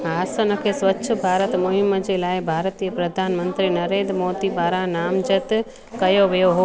हासन खे स्वच्छ भारत मुहिम जे लाइ भारतीय प्रधान मंत्री नरेंद्र मोदी पारां नामजद कयो वियो हुओ